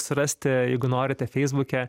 surasti jeigu norite feisbuke